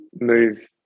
move